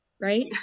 right